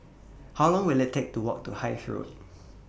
How Long Will IT Take to Walk to Hythe Road